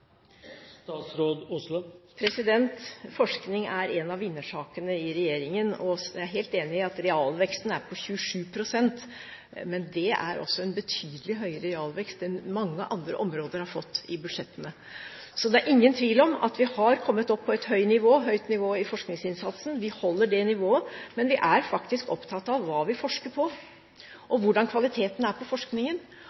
Forskning er en av vinnersakene i regjeringen. Så er jeg helt enig i at realveksten er på 27 pst., men det er også en betydelig høyere realvekst enn hva mange andre områder har fått i budsjettene. Det er altså ingen tvil om at vi har kommet opp på et høyt nivå i forskningsinnsatsen. Vi holder det nivået, men vi er faktisk opptatt av hva vi forsker på,